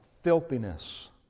Filthiness